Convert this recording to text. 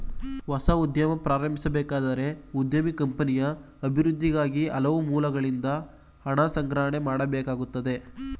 ಹೊಸ ಉದ್ಯಮ ಪ್ರಾರಂಭಿಸಬೇಕಾದರೆ ಉದ್ಯಮಿ ಕಂಪನಿಯ ಅಭಿವೃದ್ಧಿಗಾಗಿ ಹಲವು ಮೂಲಗಳಿಂದ ಹಣ ಸಂಗ್ರಹಣೆ ಮಾಡಬೇಕಾಗುತ್ತದೆ